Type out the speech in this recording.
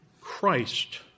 Christ